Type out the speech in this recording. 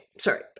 sorry